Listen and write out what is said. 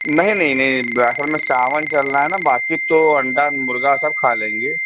नहीं नहीं नहीं दरअसल में सावन चल रहा है ना बाक़ी तो अंडा मुर्ग़ा सब खा लेंगे